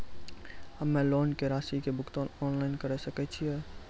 हम्मे लोन के रासि के भुगतान ऑनलाइन करे सकय छियै?